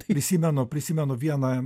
prisimenu prisimenu vieną